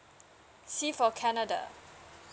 C for canada